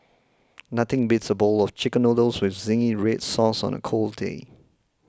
nothing beats a bowl of Chicken Noodles with Zingy Red Sauce on a cold day